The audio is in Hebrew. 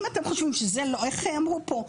אם אתם חושבים, איך אמרו פה?